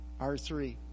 R3